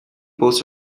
post